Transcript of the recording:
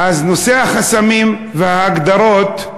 אז נושא החסמים וההגדרות,